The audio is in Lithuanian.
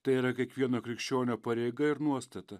tai yra kiekvieno krikščionio pareiga ir nuostata